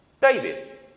David